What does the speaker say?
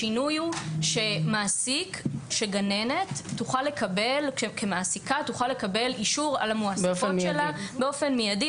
השינוי הוא שגננת כמעסיקה תוכל לקבל אישור על המועסקות שלה באופן מיידי.